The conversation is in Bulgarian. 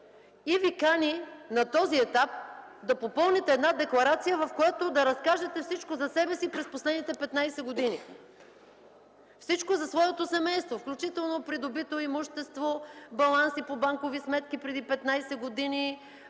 и Ви кани на този етап да попълните декларация, в която да разкажете всичко за себе си през последните 15 г., всичко за своето семейство – включително придобито имущество, баланси по банкови сметки преди 15 г.,